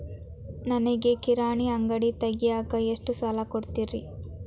ನನಗ ಕಿರಾಣಿ ಅಂಗಡಿ ತಗಿಯಾಕ್ ಎಷ್ಟ ಸಾಲ ಕೊಡ್ತೇರಿ?